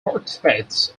participates